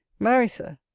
marry, sir,